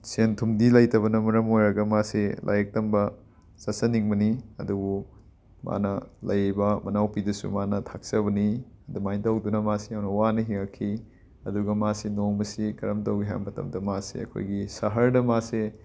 ꯁꯦꯟ ꯊꯨꯝꯗꯤ ꯂꯩꯇꯕꯅ ꯃꯔꯝ ꯑꯣꯏꯔꯒ ꯃꯥꯁꯤ ꯂꯥꯏꯔꯤꯛ ꯇꯝꯕ ꯆꯠꯆꯅꯤꯡꯕꯅꯤ ꯑꯗꯨꯕꯨ ꯃꯥꯒꯤ ꯂꯩꯔꯤꯕ ꯃꯅꯥꯎꯄꯤꯗꯨꯁꯨ ꯃꯥꯅ ꯊꯥꯛꯆꯕꯅꯤ ꯑꯗꯨꯃꯥꯏꯅ ꯇꯧꯗꯅ ꯃꯥꯁꯤ ꯌꯥꯝꯅ ꯋꯥꯅ ꯍꯤꯉꯛꯈꯤ ꯑꯗꯨꯒ ꯃꯥꯁꯤ ꯅꯣꯡꯃꯁꯤ ꯀꯔꯝ ꯇꯧꯋꯤ ꯍꯥꯏꯕ ꯃꯇꯝꯗ ꯃꯥꯁꯤ ꯑꯩꯈꯣꯏꯒꯤ ꯁꯍꯔꯗ ꯃꯥꯁꯤ